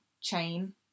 chain